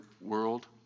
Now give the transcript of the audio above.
world